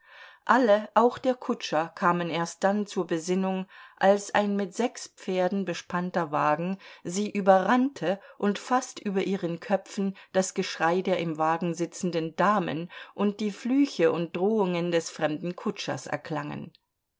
alle auch der kutscher kamen erst dann zur besinnung als ein mit sechs pferden bespannter wagen sie überrannte und fast über ihren köpfen das geschrei der im wagen sitzenden damen und die flüche und drohungen des fremden kutschers erklangen